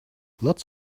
lots